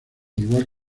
igual